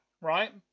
right